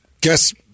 guess